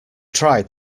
tried